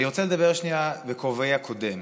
אני רוצה לדבר שנייה בכובעי הקודם,